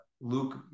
Luke